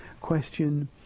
question